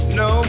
no